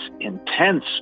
intense